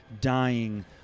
dying